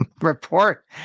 report